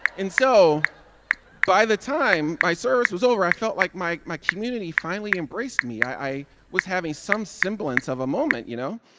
and so by the time my service was over, i felt like my my community finally embraced me i was having some semblance of a moment, you know?